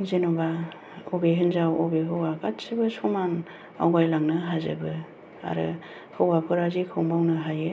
जेन'बा बबे हिनजाव बबे हौवा गासैबो समान आवगायलांनो हाजोबो आरो हौवाफोरा जेखौ मावनो हायो